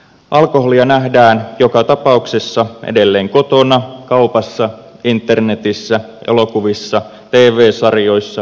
alkoholia nähdään joka tapauksessa edelleen kotona kaupassa internetissä elokuvissa tv sarjoissa ja niin edelleen